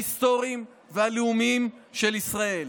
ההיסטוריים והלאומיים של ישראל.